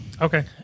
Okay